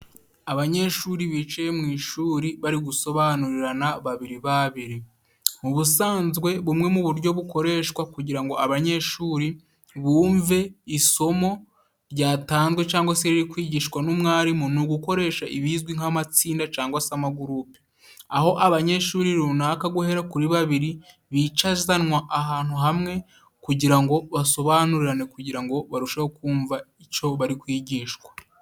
Abanyeshuri bicaye mu ishuri bari gusobanurirana babiri babiri mu busanzwe bumwe mu buryo bukoreshwa kugira ngo abanyeshuri bumve isomo ryatanzwe cyangwa se riri kwigishwa n'umwarimu ni ugukoresha ibizwi nk'amatsinda cyangwa se amagurupe aho abanyeshuri runaka guhera kuri babiri bicazanwa ahantu hamwe kugira ngo basobanurane kugira ngo barusheho kumva icyo bari kwigishwa.